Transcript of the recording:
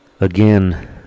Again